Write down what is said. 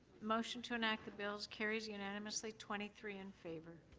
motion to enact the bills carries unanimously twenty three in favor.